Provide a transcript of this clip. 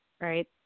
Right